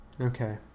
okay